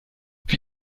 wie